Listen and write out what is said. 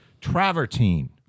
travertine